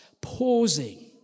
pausing